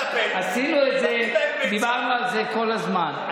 עשינו את זה, דיברנו על זה כל הזמן.